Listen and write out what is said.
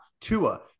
Tua